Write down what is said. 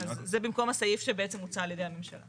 זה במקום הסעיף שבעצם הוצע על ידי הממשלה.